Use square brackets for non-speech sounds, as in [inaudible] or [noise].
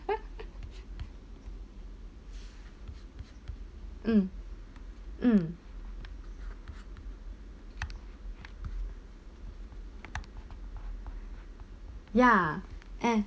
[laughs] mm mm ya eh